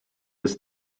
this